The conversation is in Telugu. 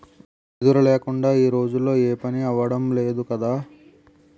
వెదురు లేకుందా ఈ రోజుల్లో ఏపనీ అవడం లేదు కదా